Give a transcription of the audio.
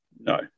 No